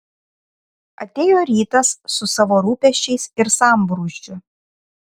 atėjo rytas su savo rūpesčiais ir sambrūzdžiu